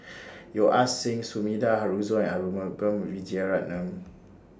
Yeo Ah Seng Sumida Haruzo Arumugam Vijiaratnam